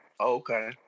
okay